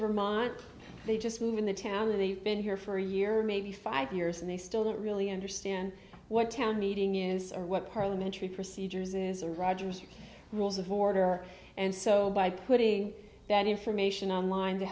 vermont they just move in the town of they've been here for a year maybe five years and they still don't really understand what town meeting is or what parliamentary procedures is or roger's rules of order and so by putting that information online to